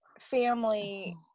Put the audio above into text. family